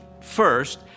first